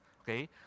Okay